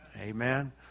Amen